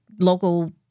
local